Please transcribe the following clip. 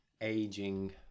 aging